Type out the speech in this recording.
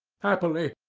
happily,